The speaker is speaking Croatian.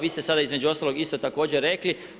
Vi ste sada između ostalog isto također rekli.